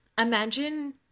Imagine